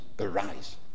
arise